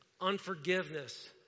unforgiveness